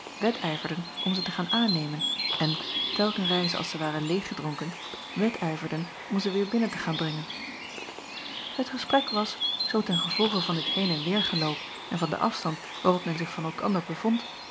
wedijverden om ze te gaan aannemen en telken reize als zij waren leêggedronken wedijverden om ze weêr binnen te gaan brengen et gesprek was zoo ten gevolge van dit heen en weêr geloop en van den afstand waarop men zich van elkander